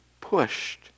pushed